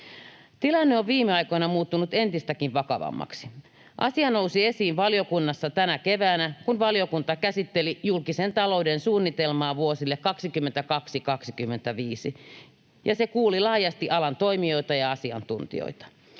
Tilanne on viime aikoina muuttunut entistäkin vakavammaksi. Asia nousi esiin valiokunnassa tänä keväänä, kun valiokunta käsitteli julkisen talouden suunnitelmaa vuosille 22—25 ja kuuli laajasti alan toimijoita ja asiantuntijoita.